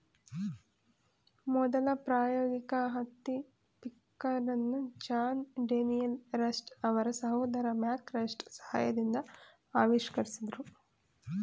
ಮೊದಲ ಪ್ರಾಯೋಗಿಕ ಹತ್ತಿ ಪಿಕ್ಕರನ್ನು ಜಾನ್ ಡೇನಿಯಲ್ ರಸ್ಟ್ ಅವರ ಸಹೋದರ ಮ್ಯಾಕ್ ರಸ್ಟ್ ಸಹಾಯದಿಂದ ಆವಿಷ್ಕರಿಸಿದ್ರು